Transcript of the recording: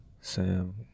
Sam